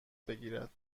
بگیرد